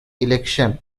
election